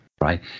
right